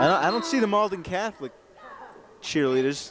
i don't see them all the catholic cheerleaders